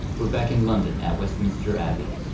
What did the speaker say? we're back in london at westminster abbey.